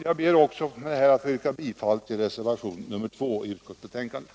Jag ber att få yrka bifall också till reservationen 2 vid utskottsbetänkandet.